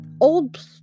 old